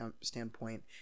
standpoint